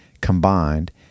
combined